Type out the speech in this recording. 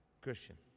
Christian